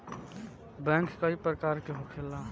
bank कई प्रकार के होखेला